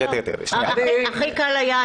לא.